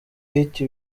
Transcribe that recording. gate